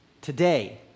today